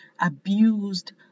abused